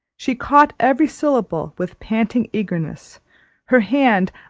she caught every syllable with panting eagerness her hand,